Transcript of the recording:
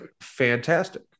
fantastic